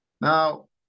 Now